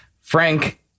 Frank